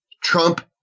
Trump